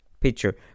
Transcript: picture